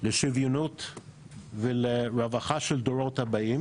לשוויון ולרווחה של הדורות הבאים